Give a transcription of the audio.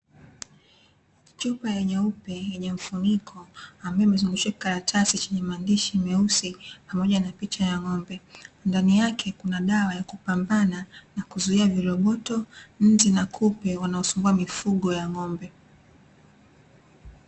Chupa ya nyeupe yenye mfuniko, ambayo imezungushiwa kikaratasi chenye maandishi meusi pamoja na picha ya ng'ombe, ndani yake kuna dawa ya kupambana na kuzuia viroboto, nzi na kupe, wanaosumbua mifugo ya ng'ombe.